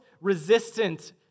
resistant